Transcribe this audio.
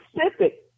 specific